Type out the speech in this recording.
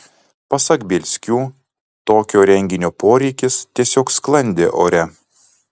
pasak bielskių tokio renginio poreikis tiesiog sklandė ore